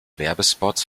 werbespots